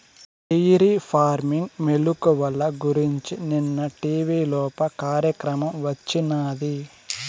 dairy farming మెలుకువల గురించి నిన్న టీవీలోప కార్యక్రమం వచ్చినాది